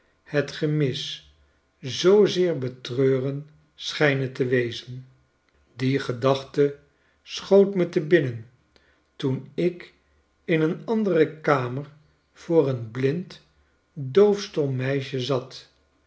het gemis zoozeer betreuren schijnen te wezen die gedachte schoot me te binnen toen ik in een andere kamer voor een blind doofstom meisje zat